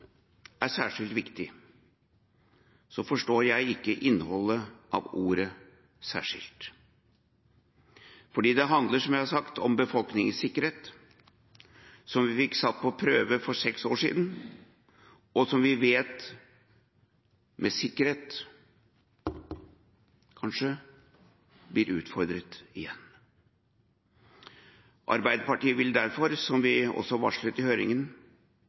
er særskilt viktig, forstår jeg ikke innholdet av ordet «særskilt». Dette handler, som jeg har sagt, om befolkningens sikkerhet, som vi fikk satt på prøve for seks år siden, og som vi vet med sikkerhet – kanskje – blir utfordret igjen. Arbeiderpartiet vil derfor, som vi også varslet i